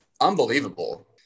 unbelievable